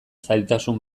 zailtasun